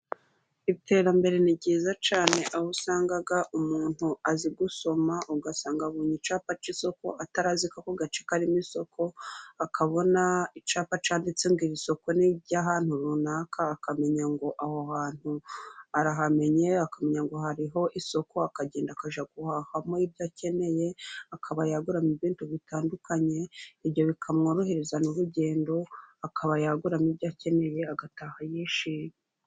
Iterambere ni ryiza cyane aho usanga umuntu azi gusoma, ugasanga abonye icyapa cy'isoko atari aziko ako gace karimo isoko, akabona icyapa cyanditse ngo isoko ni iry'ahantu runaka akamenya ngo aho hantu arahamenye akamenya ngo hariho isoko akagenda akajya guhahamo ibyo akeneye, akaba yaguramo ibindi bitandukanye ibyo bikamworoheza n'urugendo, akaba yaguramo ibyo akeneye agataha yishimye.